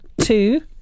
two